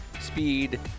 Speed